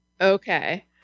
Okay